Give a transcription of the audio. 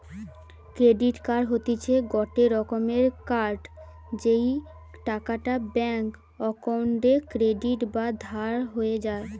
credit card হতিছে গটে রকমের কার্ড যেই টাকাটা ব্যাঙ্ক অক্কোউন্টে ক্রেডিট বা ধার হয়ে যায়